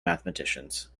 mathematicians